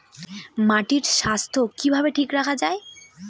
মাটির স্বাস্থ্য কিভাবে ঠিক রাখা যায়?